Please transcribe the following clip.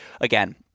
again